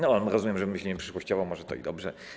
No, rozumiem, że myślimy przyszłościowo, może to i dobrze.